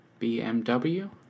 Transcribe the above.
BMW